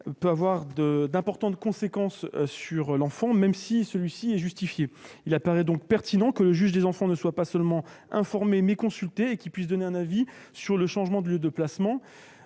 peut avoir d'importantes conséquences sur l'enfant, même si elle est justifiée. Il apparaît donc pertinent que le juge des enfants ne soit pas seulement informé, mais « consulté », et qu'il puisse donner un avis sur le changement de lieu de placement.